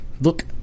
Look